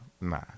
nah